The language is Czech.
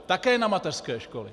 Také na mateřské školy.